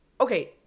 okay